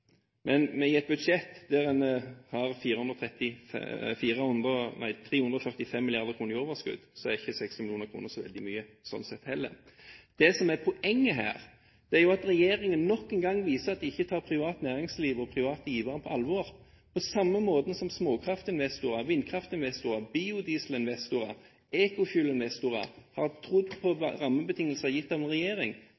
Men i et budsjett der en har 345 mrd. kr i overskudd, er ikke 60 mill. kr så veldig mye sånn sett, heller. Det som er poenget her, er jo at regjeringen nok en gang viser at de ikke tar privat næringsliv og private givere på alvor. På samme måten som småkraftinvestorer, vindkraftinvestorer, biodieselinvestorer, ekofuelinvestorer har trodd på